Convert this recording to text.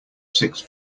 six